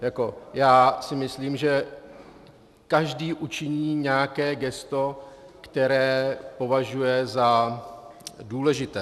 Jako já si myslím, že každý učiní nějaké gesto, které považuje za důležité.